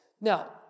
Now